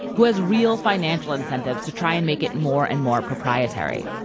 who has real financial incentives to try and make it more and more proprietary.